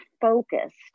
focused